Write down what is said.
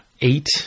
eight